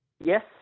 Yes